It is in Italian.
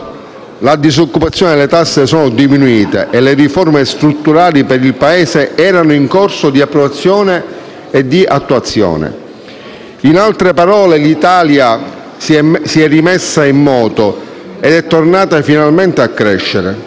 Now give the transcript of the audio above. la disoccupazione e le tasse sono diminuite e le riforme strutturali per il Paese erano in corso di approvazione e di attuazione. In altre parole, l'Italia si è rimessa in moto ed è tornata finalmente a crescere.